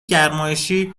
گرمایشی